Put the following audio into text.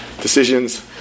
decisions